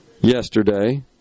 yesterday